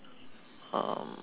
um